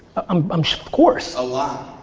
um um so course. a lot.